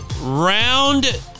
Round